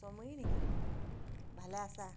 সমীৰ নেকি ভালে আছা